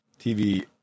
TV